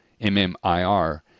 MMIR